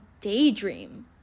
daydream